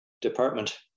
department